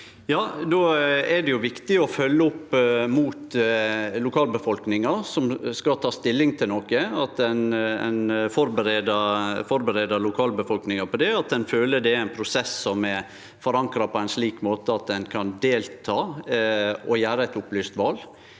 Då er det viktig å følgje opp mot lokalbefolkninga som skal ta stilling til noko, at ein førebur lokalbefolkninga på det, slik at ein føler det er ein prosess som er forankra på ein slik måte at ein kan delta og gjere eit opplyst val.